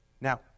Now